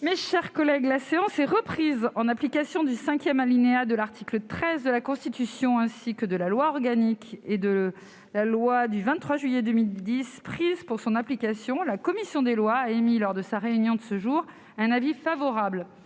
est suspendue. La séance est reprise. En application du cinquième alinéa de l'article 13 de la Constitution, ainsi que de la loi organique n° 2010-837 et de la loi n° 2010-838 du 23 juillet 2010 prises pour son application, la commission des lois a émis, lors de sa réunion de ce jour, un avis favorable-